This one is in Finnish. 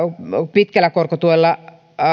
pitkällä korkotuella